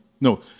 No